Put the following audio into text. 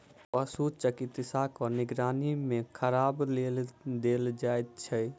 पशु चिकित्सकक निगरानी मे खयबाक लेल देल जाइत छै